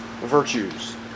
virtues